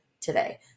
today